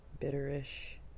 bitterish